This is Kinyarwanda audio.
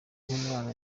nk’umwana